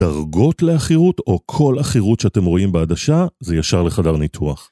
דרגות לעכירות או כל עכירות שאתם רואים בעדשה זה ישר לחדר ניתוח